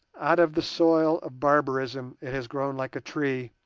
out of the soil of barbarism it has grown like a tree,